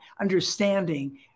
understanding